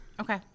Okay